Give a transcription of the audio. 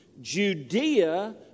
Judea